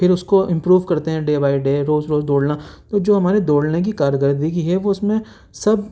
پھر اس کو ایمپرو کرتے ہیں ڈے بائی ڈے روز روز دوڑنا جو ہمارے دوڑنے کی کار کردگی ہے وہ اس میں سب